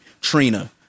Trina